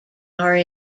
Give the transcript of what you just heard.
are